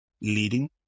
leading